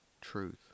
truth